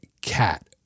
cat